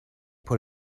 put